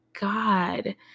God